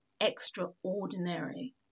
extraordinary